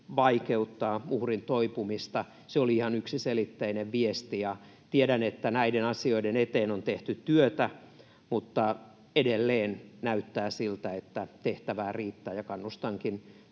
vaikeuttaa uhrin toipumista, se oli ihan yksiselitteinen viesti. Tiedän, että näiden asioiden eteen on tehty työtä, mutta edelleen näyttää siltä, että tehtävää riittää. Kannustankin